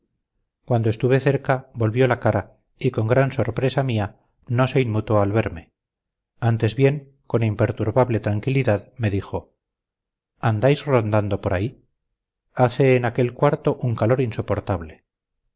cuando estuve cerca volvió la cara y con gran sorpresa mía no se inmutó al verme antes bien con imperturbable tranquilidad me dijo andáis rondando por aquí hace en aquel cuarto un calor insoportable